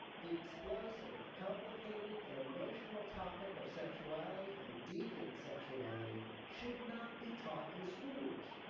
the explosive, complicated and emotional topic of sexuality and deviant sexuality should not be taught in schools.